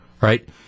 right